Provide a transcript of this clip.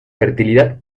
fertilidad